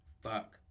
Fuck